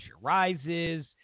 rises